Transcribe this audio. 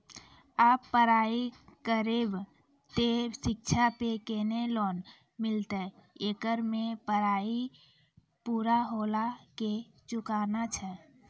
आप पराई करेव ते शिक्षा पे केना लोन मिलते येकर मे पराई पुरा होला के चुकाना छै?